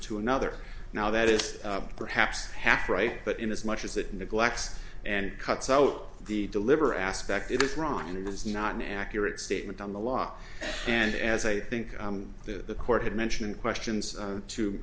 to another now that is perhaps half right but in as much as it neglects and cuts out the deliver aspect it is wrong and it is not an accurate statement on the law and as i think that the court had mentioned questions